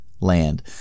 land